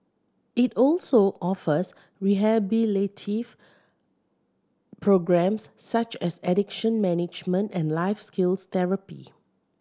it also offers rehabilitative programmes such as addiction management and life skills therapy